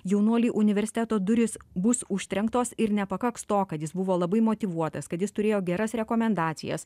jaunuoliui universiteto durys bus užtrenktos ir nepakaks to kad jis buvo labai motyvuotas kad jis turėjo geras rekomendacijas